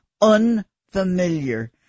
unfamiliar